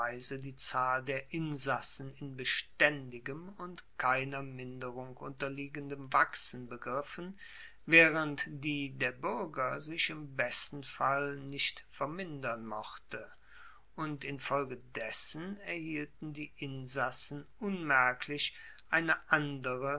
die zahl der insassen in bestaendigem und keiner minderung unterliegendem wachsen begriffen waehrend die der buerger sich im besten fall nicht vermindern mochte und infolgedessen erhielten die insassen unmerklich eine andere